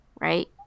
right